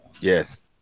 Yes